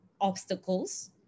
obstacles